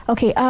Okay